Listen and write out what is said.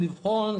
לבחון,